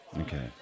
Okay